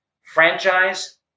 franchise